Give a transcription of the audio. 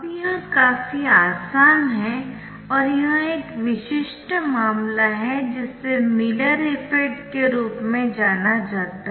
अब यह काफी आसान है और यह एक विशिष्ट मामला है जिसे मिलर इफ़ेक्ट के रूप में जाना जाता है